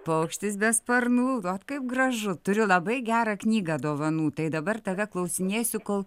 paukštis be sparnų ot kaip gražu turiu labai gerą knygą dovanų tai dabar tave klausinėsiu kol